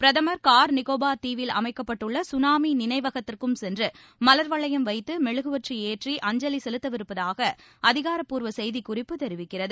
பிரதமர் கார் நிக்கோபார் தீவில் அமைக்கப்பட்டுள்ள சுனாமி நினைவகத்திற்கும் சென்று மலர்வளையம் வைத்து மெழுகுவர்த்தி ஏற்றி அஞ்சலி செலுத்தவிருப்பதாக அதிகாரப்பூர்வ செய்திக்குறிப்பு தெரிவிக்கிறது